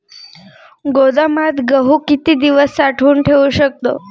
गोदामात गहू किती दिवस साठवून ठेवू शकतो?